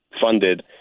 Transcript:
funded